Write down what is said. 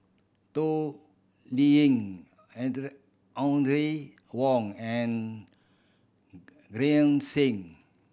Toh Liying Audrey Wong and Green Zeng